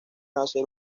hacer